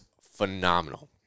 phenomenal